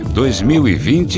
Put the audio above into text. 2020